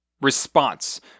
response